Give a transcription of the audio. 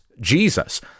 Jesus